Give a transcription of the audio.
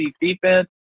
defense